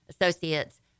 associates